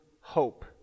hope